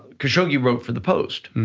khashoggi wrote for the post,